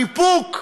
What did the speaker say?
איפוק,